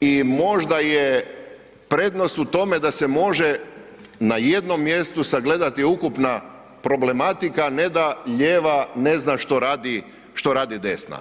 i možda je prednost u tome da se može na jednom mjestu sagledati ukupna problematika, a ne da lijeva ne zna što radi desna.